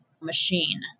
machine